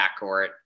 backcourt